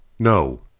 no.